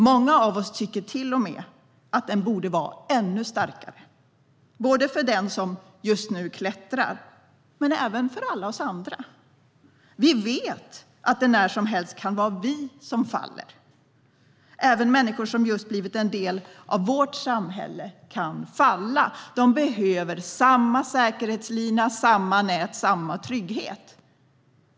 Många av oss tycker till och med att den borde vara ännu starkare både för den som just nu klättrar men även för alla oss andra. Vi vet att det när som helst kan vara vi som faller. Även människor som just blivit en del av vårt samhälle kan falla. De behöver samma säkerhetslina, samma nät och samma trygghet.